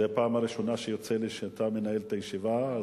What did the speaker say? זו הפעם הראשונה שיוצא לי לדבר כשאתה מנהל את הישיבה.